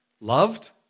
Loved